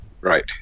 Right